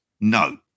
No